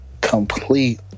Complete